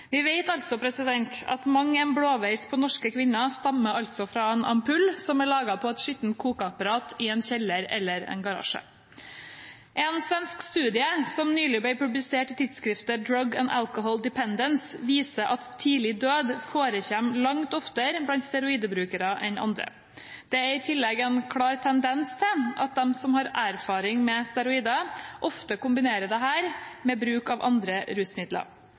at mang en blåveis på norske kvinner stammer fra en ampulle laget på et skittent kokeapparat i en kjeller eller i en garasje. En svensk studie som nylig ble publisert i tidsskriftet Drug and Alcohol Dependence, viser at tidlig død forekommer langt oftere blant steroidbrukere enn andre. Det er i tillegg en klar tendens til at de som har erfaring med steroider, ofte kombinerer dette med bruk av andre rusmidler.